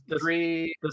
three